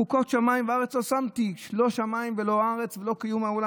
"חֻקות שמים וארץ לא שמתי" לא שמיים ולא ארץ ולא קיום העולם.